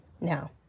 Now